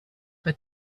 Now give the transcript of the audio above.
but